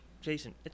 Jason